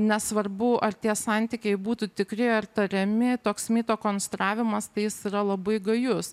nesvarbu ar tie santykiai būtų tikri ar tariami toks mito konstravimas tai jis yra labai gajus